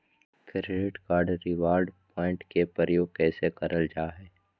Credit card reward point के प्रयोग कैसे करल जा है?